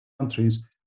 countries